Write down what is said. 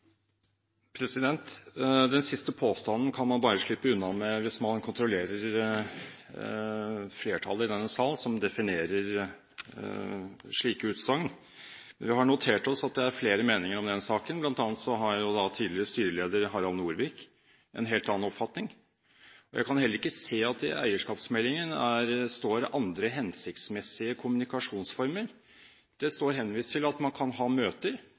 Den siste påstanden kan man bare slippe unna med hvis man kontrollerer flertallet i denne sal, som definerer slike utsagn. Vi har notert oss at det er flere meninger om denne saken, bl.a. har tidligere styreleder Harald Norvik en helt annen oppfatning. Jeg kan heller ikke se at det i eierskapsmeldingen står andre hensiktsmessige kommunikasjonsformer. Det står henvist til at man kan ha møter,